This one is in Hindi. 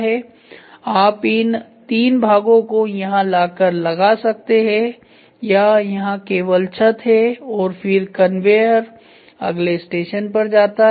आप इन तीन भागों को यहां लाकर लगा सकते हैं या यहां केवल छत है और फिर कन्वेयर अगले स्टेशन पर चला जाता है